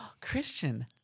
Christian